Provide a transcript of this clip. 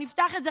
נפתח את זה,